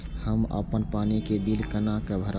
हम अपन पानी के बिल केना भरब?